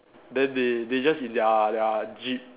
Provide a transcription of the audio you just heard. then they they just in their their jeep